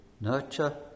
nurture